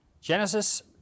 Genesis